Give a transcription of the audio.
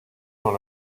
dans